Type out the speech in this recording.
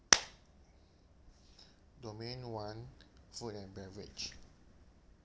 domain one food and beverage